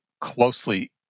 closely